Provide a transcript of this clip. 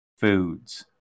foods